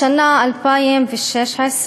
השנה 2016,